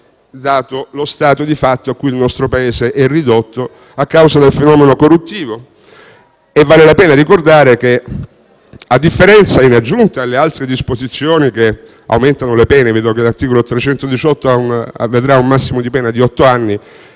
dato lo stato di fatto cui il nostro Paese è ridotto a causa del fenomeno corruttivo. Vale la pena ricordare che, in aggiunta alle altre disposizioni che aumentano le pene (vedo che l'articolo 318 contemplerà una pena massima di otto anni)